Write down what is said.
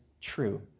true